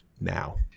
now